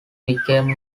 became